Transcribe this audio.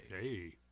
Hey